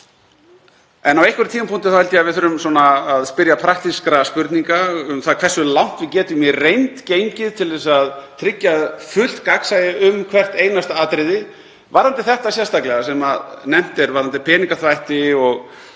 en á einhverjum tímapunkti held ég að við þurfum að spyrja praktískra spurninga um það hversu langt við getum í reynd gengið til að tryggja fullt gagnsæi um hvert einasta atriði. Varðandi þetta sérstaklega sem nefnt er, peningaþvætti og